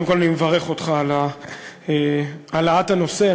קודם כול, אני מברך אותך על העלאת הנושא.